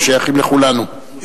הם שייכים לכולנו,